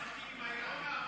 משחקים עם האיראנים.